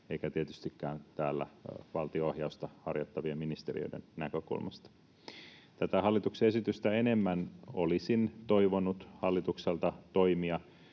eikä tietystikään täällä valtionohjausta harjoittavien ministeriöiden näkökulmasta. Tätä hallituksen esitystä enemmän olisin toivonut hallitukselta toimia,